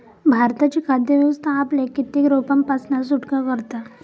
भारताची खाद्य व्यवस्था आपल्याक कित्येक रोगांपासना सुटका करता